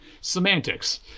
semantics